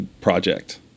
project